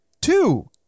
Two